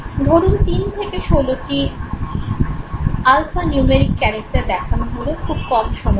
ধরুন তিন থেকে ষোলোটি আলফানিউমেরিক ক্যারেক্টার দেখানো হলো খুব কম সময়ের জন্য